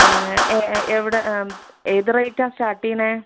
എവിടെ ഏത് റേറ്റ് ആണ് സ്റ്റാർട്ട് ചെയ്യുന്നത്